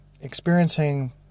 experiencing